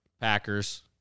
Packers